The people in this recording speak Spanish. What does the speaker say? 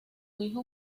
hijo